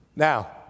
Now